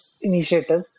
initiative